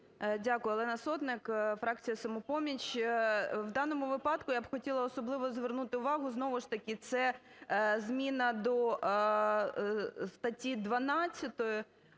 Дякую. Олена Сотник, фракція "Самопоміч". В даному випадку я хотіла б особливо звернути увагу, знову ж таки це зміна до статті 12,